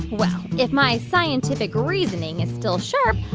well, if my scientific reasoning is still sharp,